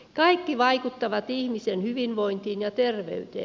kaikki vaikuttavat ihmisen hyvinvointiin ja terveyteen